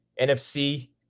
NFC